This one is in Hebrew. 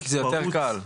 זה יותר קל.